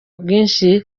bwinshi